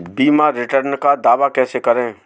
बीमा रिटर्न का दावा कैसे करें?